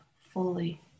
fully